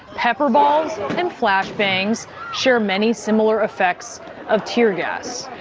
pepper balls and flashbangs share many similar effects of tear gas,